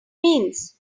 means